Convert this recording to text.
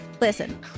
listen